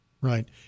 right